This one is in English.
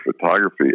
photography